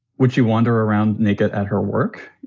would you wander around naked at her work?